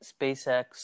SpaceX